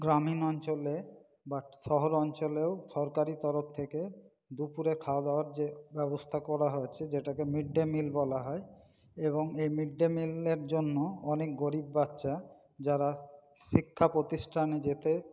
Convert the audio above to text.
গ্রামীণ অঞ্চলে বা শহর অঞ্চলেও সরকারি তরফ থেকে দুপুরে খাওয়া দাওয়ার যে ব্যবস্থা করা হয়েছে যেটাকে মিড ডে মিল বলা হয় এবং এই মিড ডে মিলের জন্য অনেক গরীব বাচ্চা যারা শিক্ষা প্রতিষ্ঠানে যেতে